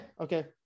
Okay